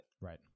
Right